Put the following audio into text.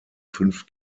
fünf